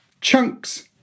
chunks